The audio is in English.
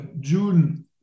June